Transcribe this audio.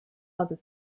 other